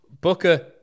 Booker